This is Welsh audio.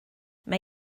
mae